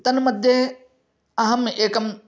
तन् मध्ये अहम् एकम्